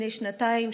בני שנתיים,